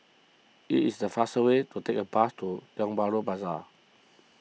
it is the faster way to take the bus to Tiong Bahru Plaza